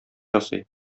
ясый